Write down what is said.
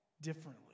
differently